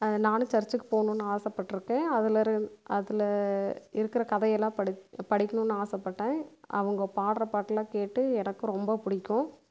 நானு சர்ச்சிக்கு போகணும்னு ஆசைப்பட்டுருக்கேன் அதிலேருந்து அதில் இருக்கிற கதையெல்லாம் படிக் படிக்குனுமுனு ஆசைப்பட்டேன் அவங்க பாடுற பாட்டெல்லாம் கேட்டு எனக்கு ரொம்ப பிடிக்கும்